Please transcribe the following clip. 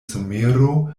somero